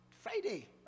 Friday